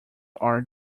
are